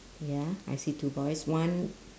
ya I see two boys one